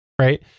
Right